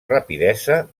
rapidesa